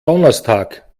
donnerstag